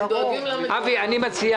אבי, אני מציע